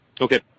Okay